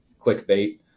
clickbait